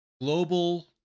Global